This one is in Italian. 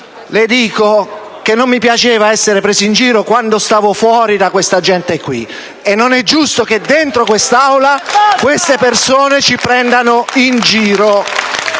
le dico che non mi piaceva essere preso in giro, da questa gente qui, e non e` giusto che dentro quest’Aula queste persone ci prendano in giro.